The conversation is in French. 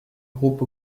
groupe